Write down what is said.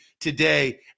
today